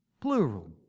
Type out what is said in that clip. plural